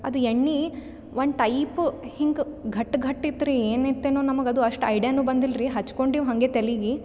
ಅದು ಎಣ್ಣೆ one type ಹಿಂಗೆ ಘಟ್ ಘಟ್ ಇತ್ತು ರೀ ಏನಿತ್ತೇನೋ ನಮಗೆ ಅದು ಅಷ್ಟು ಐಡಿಯಾನು ಬಂದಿಲ್ರಿ ಹಚ್ಕೊಂಡಿವಿ ಹಂಗೆ ತೆಲಿಗೆ